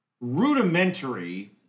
rudimentary